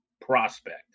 prospect